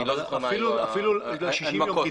אני לא זוכר מה היו הנימוקים.